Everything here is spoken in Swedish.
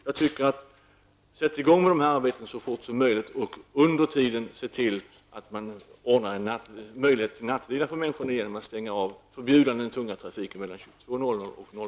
Jag tycker att man skall sätta i gång så fort som möjligt med dessa arbeten och att man under tiden skall bereda människor möjligheter till nattvila genom att förbjuda den tunga trafiken mellan kl.